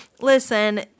Listen